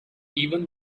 even